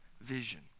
vision